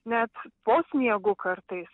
net po sniegu kartais